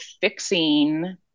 fixing